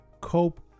cope